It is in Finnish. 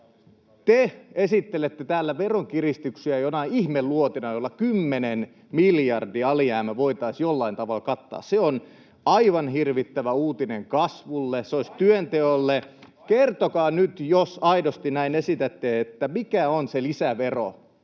Te esittelette täällä veronkiristyksiä jonain ihme luotina, jolla kymmenen miljardin alijäämä voitaisiin jollain tavalla kattaa. Se on aivan hirvittävä uutinen kasvulle, [Aki Lindén: Vain osa!] ja sitä se olisi työnteolle. Kertokaa nyt, jos aidosti näin esitätte, mikä on se lisävero,